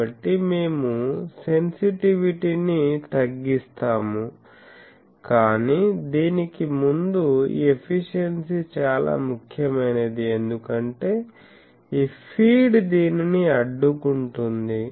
కాబట్టి మేము సెన్సిటివిటీ ని తగ్గిస్తాము కానీ దీనికి ముందు ఈ ఎఫిషియెన్సీ చాలా ముఖ్యమైనది ఎందుకంటే ఈ ఫీడ్ దీనిని అడ్డుకుంటుంది